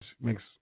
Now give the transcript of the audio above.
makes